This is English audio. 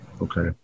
Okay